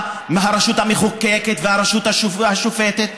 על הרשות המחוקקת והרשות השופטת,